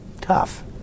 tough